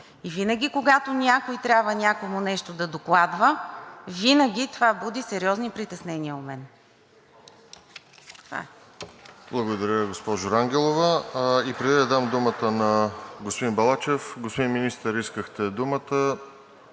И винаги когато някой трябва някому нещо да докладва, винаги това буди сериозни притеснения у мен.